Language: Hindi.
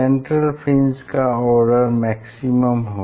सेंट्रल फ्रिंज का आर्डर मैक्सिमम होगा